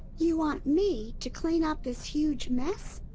you want me to clean up this huge mess?